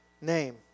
name